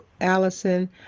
Allison